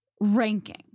ranking